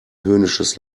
höhnisches